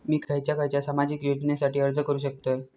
मी खयच्या खयच्या सामाजिक योजनेसाठी अर्ज करू शकतय?